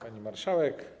Pani Marszałek!